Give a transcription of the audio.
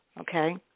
okay